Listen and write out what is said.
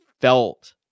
felt